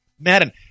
Madden